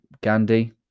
gandhi